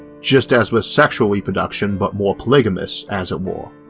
just as with sexual reproduction but more polygamous, as it were.